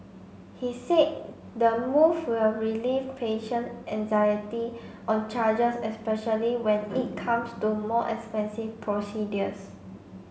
he said the move will relieve patient anxiety on charges especially when it comes to more expensive procedures